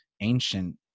ancient